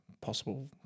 possible